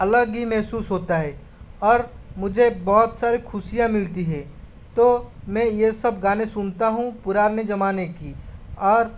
अलग ही महसूस होता है और मुझे बहुत सारी खुशियाँ मिलती है तो मैं यह सब गाने सुनता हूँ पुराने ज़माने की और